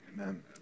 Amen